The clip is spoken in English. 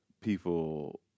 people